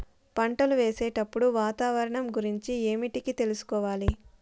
పంటలు వేసేటప్పుడు వాతావరణం గురించి ఏమిటికి తెలుసుకోవాలి?